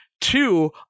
Two